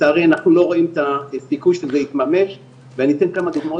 לצערנו אנחנו לא רואים את הסיכוי שזה יתממש ואני אתן כמה דוגמאות.